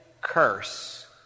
curse